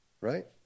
right